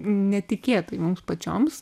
netikėtai mums pačioms